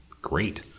great